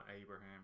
Abraham